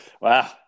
wow